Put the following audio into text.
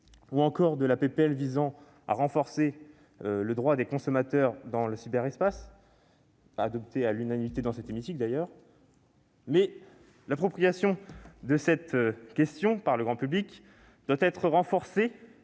proposition de loi visant à renforcer le droit des consommateurs dans le cyberespace, adoptée à l'unanimité dans cet hémicycle, mais l'appropriation de cette question par le grand public doit être renforcée.